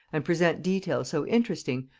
and present details so interesting,